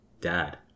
Dad